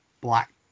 black